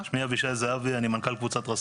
שאנחנו מפטרים את העובדים שלנו.